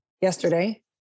yesterday